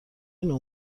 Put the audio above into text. نوع